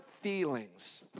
feelings